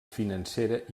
financera